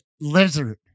lizard